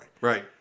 right